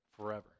Forever